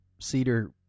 Cedar